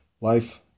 life